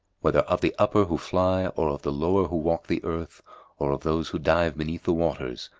whether of the upper who fly or of the lower who walk the earth or of those who dive beneath the waters,